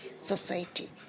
society